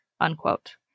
unquote